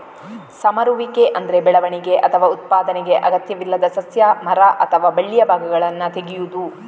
ಸಮರುವಿಕೆ ಅಂದ್ರೆ ಬೆಳವಣಿಗೆ ಅಥವಾ ಉತ್ಪಾದನೆಗೆ ಅಗತ್ಯವಿಲ್ಲದ ಸಸ್ಯ, ಮರ ಅಥವಾ ಬಳ್ಳಿಯ ಭಾಗಗಳನ್ನ ತೆಗೆಯುದು